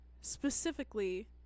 specifically